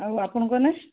ଆଉ ଆପଣଙ୍କ ନା